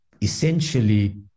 essentially